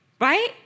Right